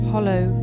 hollow